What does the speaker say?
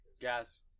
gas